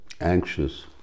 anxious